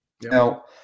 Now